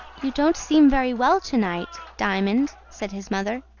you don't seem very well to-night, diamond, said his mother.